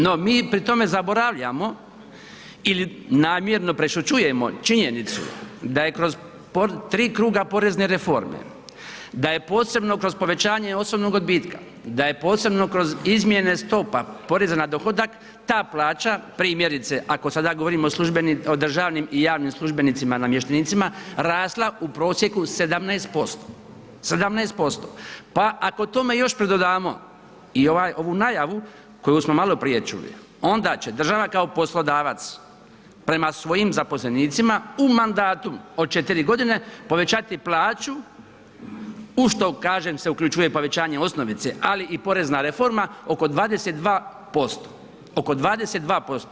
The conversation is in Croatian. No mi pri tome zaboravljamo ili namjerno prešućujemo činjenicu da je kroz tri kruga porezne reforme, da je posebno kroz povećanje osobnog odbitka, da je posebno kroz izmjene stopa na dohodak, ta plaća, primjerice ako sada govorimo o državnim i javnim službenicima i namještenicima rasla u prosjeku 17%, 17%, pa ako tome još pridodamo i ovu najavu koju smo malo prije čuli onda će država kao poslodavac, prema svojim zaposlenicima u mandatu od 4 godine povećati plaću u što kažem se uključuje i povećanje osnovce ali i porezna reforma oko 22%, oko 22%